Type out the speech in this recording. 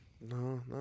No